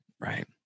Right